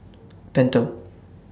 Pentel